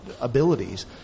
abilities